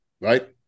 right